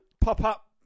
Pop-up